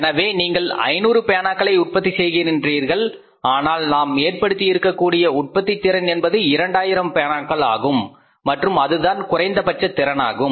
எனவே நீங்கள் 500 பேனாக்களை உற்பத்தி செய்கின்றீர்கள் ஆனால் நாம் ஏற்படுத்தியிருக்கக்கூடிய உற்பத்தித்திறன் என்பது இரண்டாயிரம் பேனாக்கள் ஆகும் மற்றும் அதுதான் குறைந்தபட்ச திறனாகும்